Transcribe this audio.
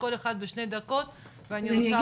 כל אחד בשני דקות ואני רוצה לעבור.